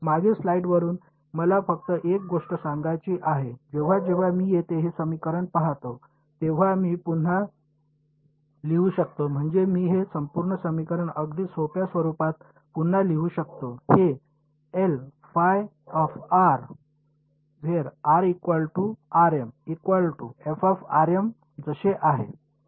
मागील स्लाइडवरून मला फक्त एक गोष्ट सांगायची आहे जेव्हा जेव्हा मी येथे हे समीकरण पाहतो तेव्हा मी पुन्हा लिहू शकतो म्हणजे मी हे संपूर्ण समीकरण अगदी सोप्या स्वरूपात पुन्हा लिहू शकतो हे जसे आहे